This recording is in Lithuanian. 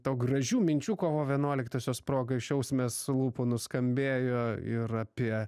tau gražių minčių kovo vienuoliktosios proga iš jausmės lūpų nuskambėjo ir apie